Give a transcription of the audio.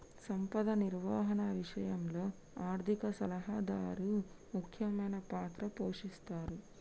సంపద నిర్వహణ విషయంలో ఆర్థిక సలహాదారు ముఖ్యమైన పాత్ర పోషిస్తరు